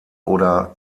oder